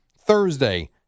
Thursday